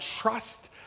trust